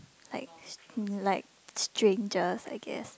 like s~ um like strangers I guess